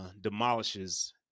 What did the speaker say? demolishes